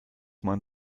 man